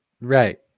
Right